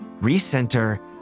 recenter